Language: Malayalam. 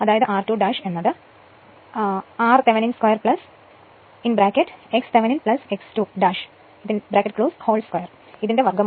അതായത് r2 എന്നത് √r Thevenin 2 x Thevenin x 2 2 ആണ്